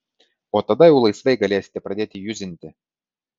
o tada jau laisvai galėsite pradėti juzinti